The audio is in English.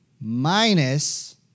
minus